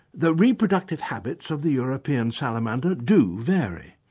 the reproductive habits of the european salamander do vary.